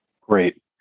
Great